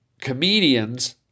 comedians